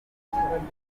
by’umwihariko